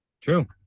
True